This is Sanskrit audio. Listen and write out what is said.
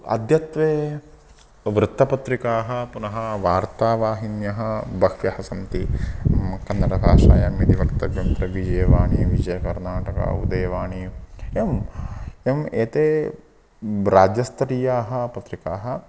अद्यत्वे वृत्तपत्रिकाः पुनः वार्तावाहिन्यः बह्व्यः सन्ति कन्नडभाषायाम् इति वक्तव्यं तत्र विजयवाणी विजयकर्नाटकम् उदयवाणी एवम् एवम् एते राज्यस्तरीयाः पत्रिकाः